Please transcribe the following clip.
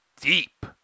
deep